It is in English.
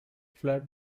fled